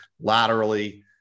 laterally